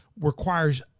requires